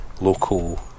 local